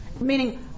Meaning